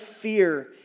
fear